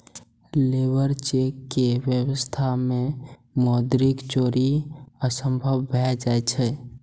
labour cheque के व्यवस्था मे मौद्रिक चोरी असंभव भए जाइ छै